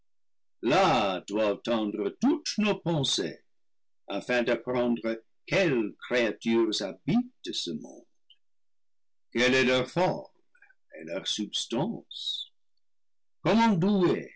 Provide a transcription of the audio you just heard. vent tendre toutes nos pensées afin d'apprendre quelles créa tures habitent ce monde quelle est leur forme et leur sub